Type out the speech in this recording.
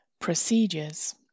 procedures